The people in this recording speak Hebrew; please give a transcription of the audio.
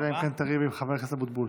אלא אם כן תריב עם חבר הכנסת אבוטבול.